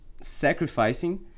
sacrificing